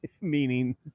Meaning